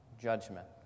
judgment